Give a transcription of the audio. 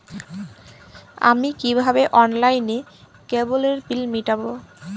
আমি কিভাবে অনলাইনে কেবলের বিল মেটাবো?